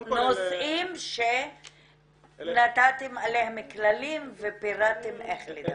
בנושאים שנתתם עליהם כללים ופירטתם איך לדווח.